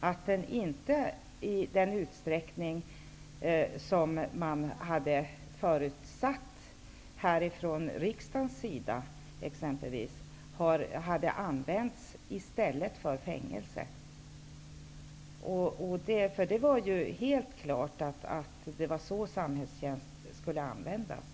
Den har inte i den utsträckning som man hade förutsatt från riksdagens sida använts i stället för fängelse. Det var helt klart att det var så samhällstjänsten skulle användas.